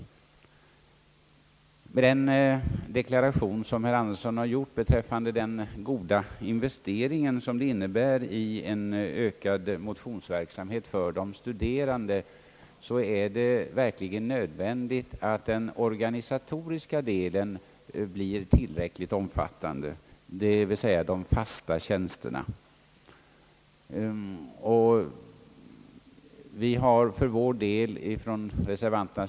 Vad beträffar den deklaration som herr Axel Andersson har gjort beträffande den goda investeringen som det innebär att satsa på motionsverksamhet för de studerande vill jag understryka att det är nödvändigt att den organisatoriska delen, d. v. s. de fasta tjänsterna, blir tillräckligt omfattande.